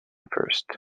first